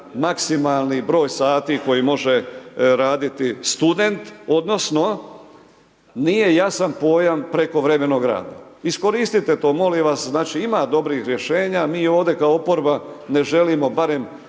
maksimalni broj sati koji može raditi student, odnosno nije jasan pojam prekovremenog rada. Iskoristite to molim vas, znači ima dobrih rješenja mi ovdje kao oporba ne želimo barem